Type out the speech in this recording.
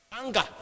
anger